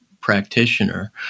practitioner